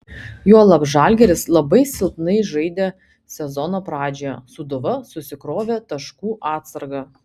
juolab žalgiris labai silpnai žaidė sezono pradžioje sūduva susikrovė taškų atsargą